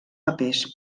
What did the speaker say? papers